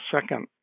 second